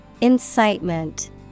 Incitement